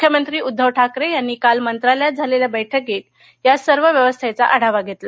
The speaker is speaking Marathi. मुख्यमंत्री उद्धव ठाकरे यांनी काल मंत्रालयात झालेल्या बैठकीत या सर्व व्यवस्थेचा आढावा घेतला